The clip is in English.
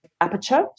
aperture